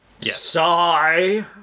Sigh